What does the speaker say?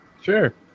Sure